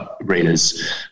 readers